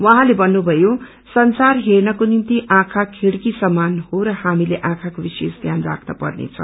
उहाँले भन्नुभयो संसार हेँनको निमित आँखा खिड़की सम्मान होर हामीले आँखाको विशेष ध्यान राख्न पर्नेछ